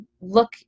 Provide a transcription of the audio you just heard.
look